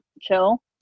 chill